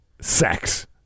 sex